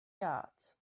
yards